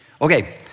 Okay